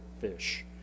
fish